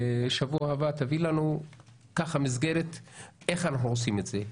בשבוע הבא תביא לנו מסגרת איך אנחנו עושים את זה,